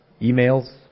emails